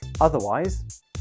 Otherwise